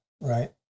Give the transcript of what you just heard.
right